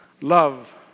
love